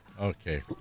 okay